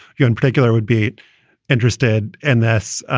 you in particular would be interested in this.